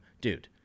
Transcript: dude